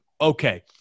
Okay